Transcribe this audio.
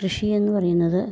കൃഷിയെന്ന് പറയുന്നത്